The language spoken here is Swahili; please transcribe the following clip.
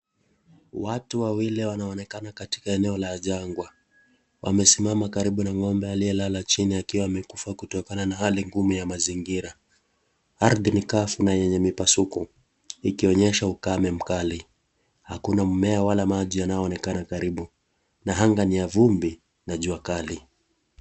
Watu wawili wanaonekana katika eneo la jangwa. Wamesimama karibu na ng'ombe aliyelala chini akiwa amekufa kutokana na hali ngumu ya mazingira. Ardhi ni kavu na yenye mipasuko ikionyesha ukame mkali. Hakuna mmea wala maji yanayonekana karibu. Na anga ni ya vumbi, na jua kali.